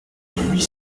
huit